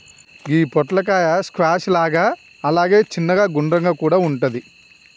గి పొట్లకాయ స్క్వాష్ లాగా అలాగే చిన్నగ గుండ్రంగా కూడా వుంటది